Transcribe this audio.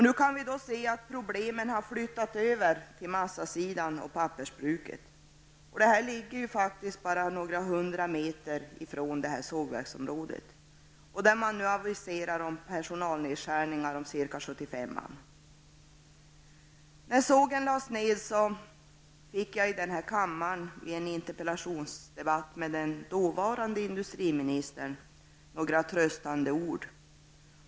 Nu kan vi se att problemen har flyttats över till massafabriken och pappersbruket som ligger bara några hundra meter från sågverksområdet, där man nu har aviserat om personalnedskärningar på ca 75 När sågen lades ned fick jag i denna kammare vid en interpellationsdebatt med den dåvarande industriministern några tröstande ord.